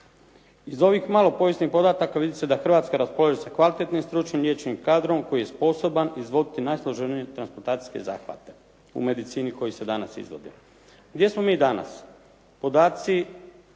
Iz ovih malo povijesnih podataka vidi se da Hrvatska raspolaže sa kvalitetnim stručnim liječničkim kadrom koji se sposoban izvoditi najsloženije transplantacijske zahvate u medicini koji se danas izvode. Gdje smo mi danas? Podaci